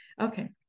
Okay